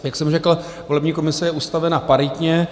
Jak jsem řekl, volební komise je ustavena paritně.